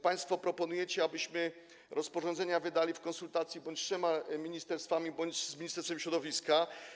Państwo proponujecie, abyśmy wydali rozporządzenia w drodze konsultacji bądź z trzema ministerstwami, bądź z Ministerstwem Środowiska.